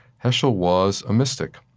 heschel was a mystic.